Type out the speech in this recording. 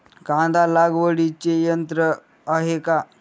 कांदा लागवडीचे यंत्र आहे का?